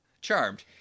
Charmed